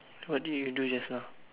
what did you do just now